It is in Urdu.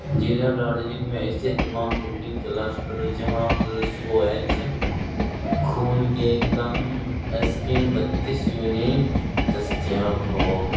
ضلع دارجلنگ میں استھت تمام بلڈنگ تلاش کرو جہاں پلس او ایچ خون کے کم از کم بتیس یونٹ دستیاب ہوں